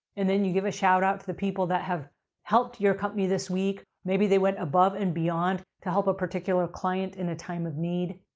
and then, you give a shout out to the people that have helped your company this week. maybe they went above and beyond to help a particular client in a time of need.